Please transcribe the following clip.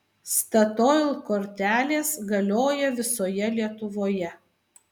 statoil kortelės galioja visoje lietuvoje